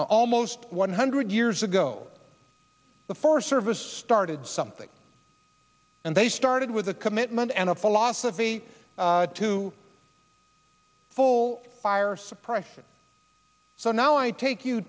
almost one hundred years ago the forest service started something and they started with a commitment and a philosophy to full fire suppressant so now i take you